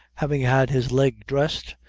having had his leg dressed,